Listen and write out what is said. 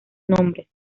nombres